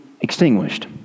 extinguished